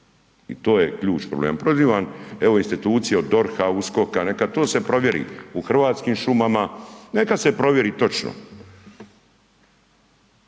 i to je ključ problema. Prozivam evo institucije od DORH-a, USKOK-a, neka to se provjeri u Hrvatskim šumama, neka se provjeri točno,